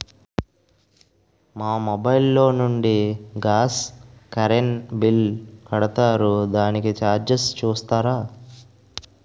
మా మొబైల్ లో నుండి గాస్, కరెన్ బిల్ కడతారు దానికి చార్జెస్ చూస్తారా?